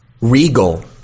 Regal